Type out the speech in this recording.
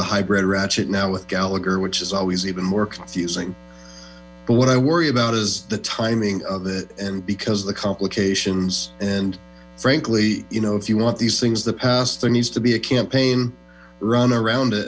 the hybrid ratchet now with gallagher which is always even more confusing but what i worry about is the timing of it and because the complications and frankly you know if yu want these things to pass there needs to be a campaign run around it